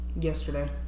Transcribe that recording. Yesterday